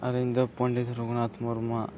ᱟᱹᱞᱤᱧ ᱫᱚ ᱯᱚᱱᱰᱤᱛ ᱨᱚᱜᱷᱩᱱᱟᱛᱷ ᱢᱩᱨᱢᱩᱣᱟᱜ